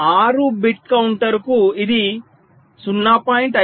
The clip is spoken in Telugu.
6 బిట్ కౌంటర్ కు ఇది 0